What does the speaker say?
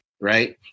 right